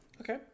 Okay